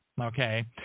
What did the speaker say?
Okay